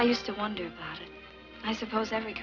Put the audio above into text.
i used to wonder i suppose every